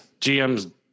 GMs